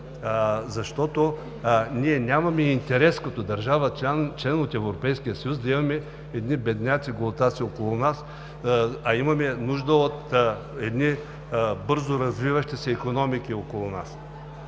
защото ние нямаме интерес като държава – член на Европейския съюз, да имаме едни бедняци, голтаци около нас, а имаме нужда от едни бързо развиващи се икономики около нас.